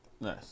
Nice